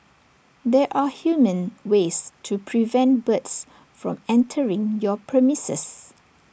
there are humane ways to prevent birds from entering your premises